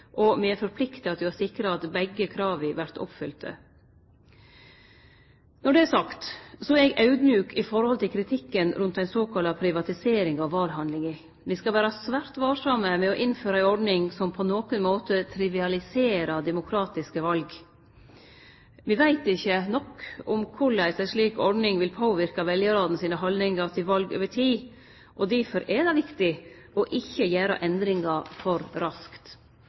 og me har plikt på oss til å sikre at begge krava vert oppfylte. Når det er sagt, er eg audmjuk i forhold til kritikken rundt ei såkalla privatisering av valhandlinga. Me skal vere svært varsame med å innføre ei ordning som på nokon måte trivialiserer demokratiske val. Me veit ikkje nok om korleis ei slik ordning vil påverke veljarane sine haldningar til val over tid. Difor er det viktig ikkje å gjere endringar for raskt.